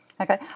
okay